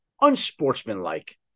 unsportsmanlike